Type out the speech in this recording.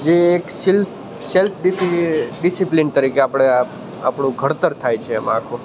જે એક સીલ્ફ સેલ્ફ ડિફી ડિસિપ્લિન તરીકે આપણે આપણું ઘડતર થાય છે એમાં